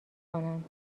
کنند